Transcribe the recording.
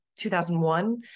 2001